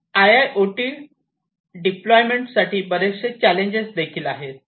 IIoT deployment साठी बरेचसे challenges देखील आहे